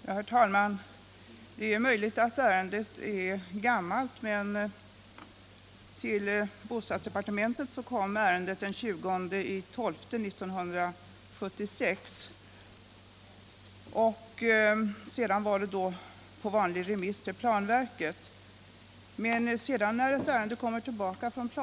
Dagens läkargeneration har i allmänhet en mycket bred kompetens. Läkarutbildningens inriktning leder emellertid till att nyutexaminerade läkare blir alltmer specialiserade. Detta förorsakar problem då det gäller att upprätthålla dygnet-runt-service inom olika områden, t.ex. i fråga om förlossningsvård